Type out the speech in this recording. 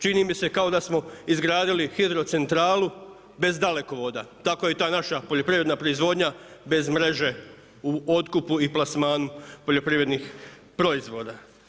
Čini mi se kao da smo izgradili hidrocentralu, bez dalekovoda, tako je i ta naša poljoprivredna proizvodnja bez mreže u otkupu i plasmanu poljoprivrednih proizvoda.